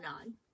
on